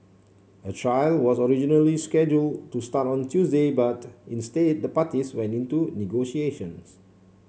a trial was originally schedule to start on Tuesday but instead the parties went into negotiations